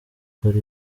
kora